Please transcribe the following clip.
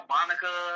Monica